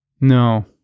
No